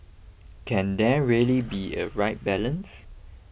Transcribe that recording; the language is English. can there really be a right balance